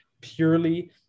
purely